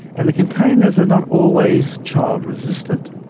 and the containers are not always child resistant.